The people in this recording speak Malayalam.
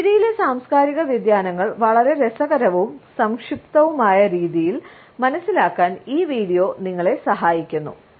പുഞ്ചിരിയിലെ സാംസ്കാരിക വ്യതിയാനങ്ങൾ വളരെ രസകരവും സംക്ഷിപ്തവുമായ രീതിയിൽ മനസ്സിലാക്കാൻ ഈ വീഡിയോ നിങ്ങളെ സഹായിക്കുന്നു